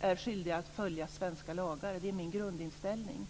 är skyldig att följa svenska lagar. Det är min grundinställning.